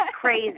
crazy